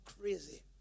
crazy